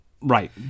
Right